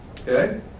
Okay